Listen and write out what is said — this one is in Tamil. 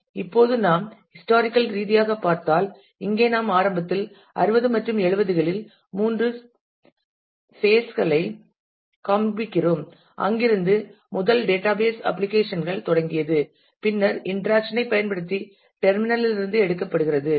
இப்போது நாம் ஹிஸ்டாரிக்கல் ரீதியாகப் பார்த்தால் இங்கே நாம் ஆரம்பத்தில் 60 மற்றும் 70 களில் மூன்று பேஸ் களைக் காண்பிக்கிறோம் அங்கிருந்து முதல் டேட்டாபேஸ் அப்ளிகேஷன் கள் தொடங்கியது பின்னர் இன்டராக்சன் ஐ பயன்படுத்தி டெர்மினல் லிருந்து எடுக்கப்படுகிறது